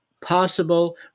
possible